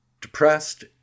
depressed